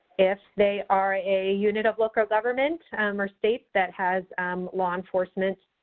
if they are a unit of local government or state that has law enforcement